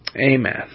Amen